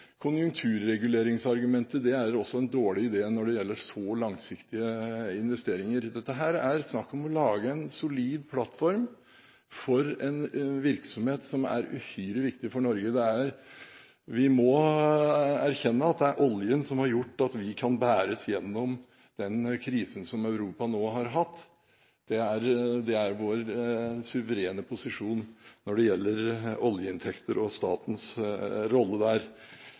konjunkturreguleringsargumentet. Det er også en dårlig idé når det gjelder så langsiktige investeringer. Dette er snakk om å lage en solid plattform for en virksomhet som er uhyre viktig for Norge. Vi må erkjenne at det er oljen som har gjort at vi kan bæres gjennom den krisen som Europa nå har hatt. Det er vår suverene posisjon når det gjelder oljeinntekter og statens rolle der.